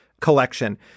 collection